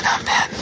Amen